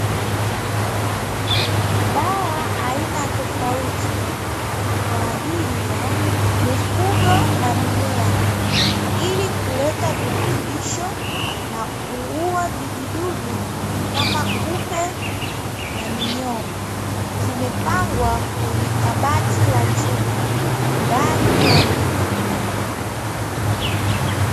Dawa aina tofauti kwa ajili ya mifugo na mimea ili kuleta virutubisho na kuuwa vijidudu kama kupe na minyoo, zimepengwa kwenye kabati la chuma ndani ya duka.